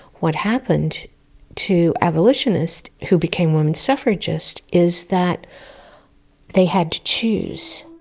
what happened to abolitionists who became women suffragists, is that they had to choose.